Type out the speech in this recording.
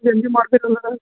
ಬೇಗನೆ ಮಾಡ್ತೀರಾ ಅಲ್ಲ ಅದು